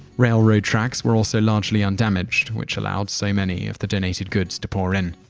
railroad tracks were also largely undamaged, which allowed so many of the donated goods to pour in.